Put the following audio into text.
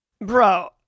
Bro